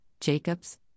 Jacobs